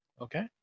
okay